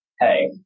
Hey